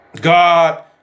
God